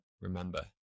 Remember